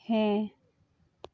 ᱦᱮᱸ